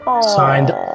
Signed